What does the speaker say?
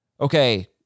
Okay